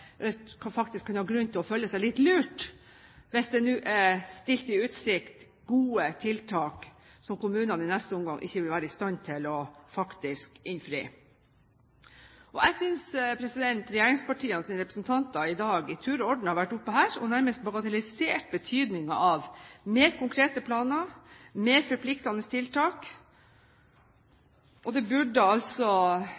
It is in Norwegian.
faktisk kan ha grunn til å føle seg litt lurt hvis det nå er stilt i utsikt gode tiltak som kommunene i neste omgang ikke vil være i stand til å innfri. Jeg synes regjeringspartienes representanter i dag i tur og orden har vært oppe her og nærmest bagatellisert betydningen av mer konkrete planer og mer forpliktende tiltak.